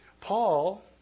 Paul